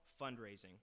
fundraising